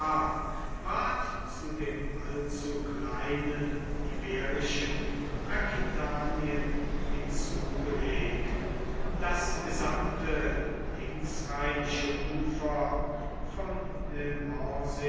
zu dem allzu kleinen iberischen aquitanien hinzugelegt das gesamte linksrheinische ufer vom